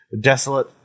desolate